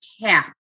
tap